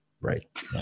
Right